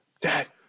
dad